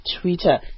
Twitter